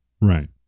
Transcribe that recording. Right